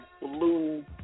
blue